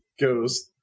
goes